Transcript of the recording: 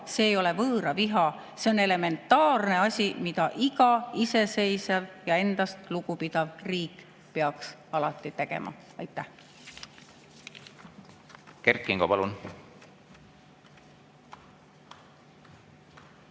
see ei ole võõraviha, see on elementaarne asi, mida iga iseseisev ja endast lugupidav riik peaks alati tegema. Aitäh! Palun,